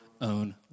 own